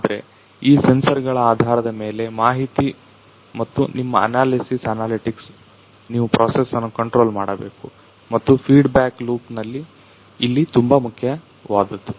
ಆದ್ರೆ ಈ ಸೆನ್ಸರ್ಗಳ ಆಧಾರದ ಮೇಲೆ ಮಾಹಿತಿ ಮತ್ತು ನಿಮ್ಮ ಅನಾಲೆಸಿಸ್ ಅನಾಲೆಟಿಕ್ಸ್ ನೀವು ಪ್ರೊಸೆಸ್ ಅನ್ನು ಕಂಟ್ರೊಲ್ ಮಾಡಬೇಕು ಮತ್ತು ಫೀಡ್ ಬ್ಯಾಕ್ ಲೂಪ್ ಇಲ್ಲಿ ತುಂಬಾ ಪ್ರಮುಖವಾದದ್ದು